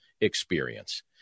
experience